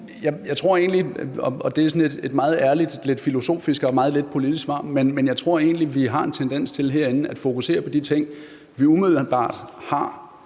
Jeg tror egentlig – og det er sådan et meget ærligt, lidt filosofisk og meget lidt politisk svar – at vi har en tendens til herinde at fokusere på de ting, vi umiddelbart har